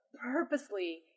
purposely